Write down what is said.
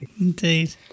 Indeed